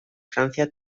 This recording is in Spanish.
francia